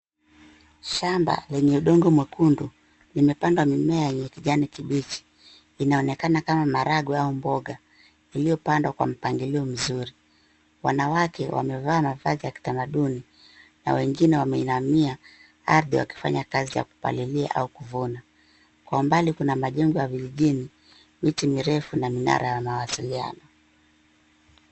Shamba lenye udongo mwekundu, limepanda mimea yenye kijani kibichi. Inaonekana kama maharagwe au mboga iliyopanda kwa mpangilio mzuri. Wanawake wamevaa mavazi ya kitamaduni na wengine wameinamia ardhi, wakifanya kazi ya kupalilia au kuvuna. Kwa mbali kuna majengo ya vijijini, miti mirefu na minara ya mawasiliano.